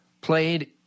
played